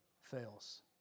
fails